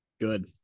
Good